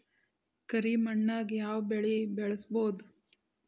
ಕರಿ ಮಣ್ಣಾಗ್ ಯಾವ್ ಬೆಳಿ ಬೆಳ್ಸಬೋದು?